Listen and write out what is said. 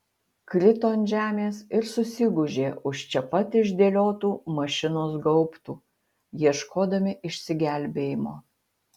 krito ant žemės ir susigūžė už čia pat išdėliotų mašinos gaubtų ieškodami išsigelbėjimo